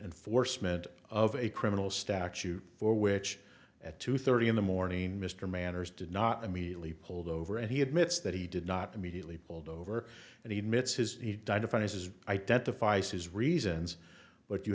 enforcement of a criminal statute for which at two thirty in the morning mr manners did not immediately pulled over and he admits that he did not immediately pulled over and he admits his defiance is identifies his reasons but you